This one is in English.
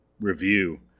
review